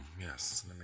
yes